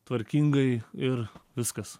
tvarkingai ir viskas